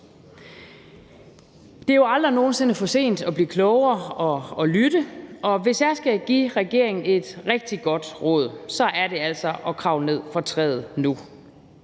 Det er jo aldrig nogen sinde for sent at blive klogere og at lytte, og hvis jeg skal give regeringen et rigtig godt råd, så er det altså at kravle ned fra træet nu.